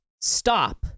stop